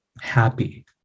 happy